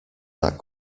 that